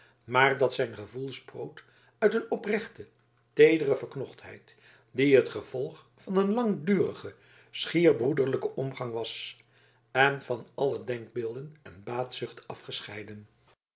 maar dat zijn gevoel sproot uit een oprechte teedere verknochtheid die het gevolg van een langdurigen schier broederlijken omgang was en van alle denkbeelden van baatzucht afgescheiden